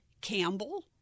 Campbell